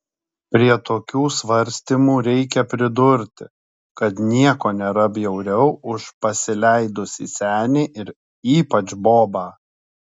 prie tokių svarstymų reikia pridurti kad nieko nėra bjauriau už pasileidusį senį ir ypač bobą